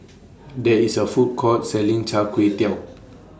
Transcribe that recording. There IS A Food Court Selling Char Kway Teow